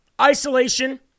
isolation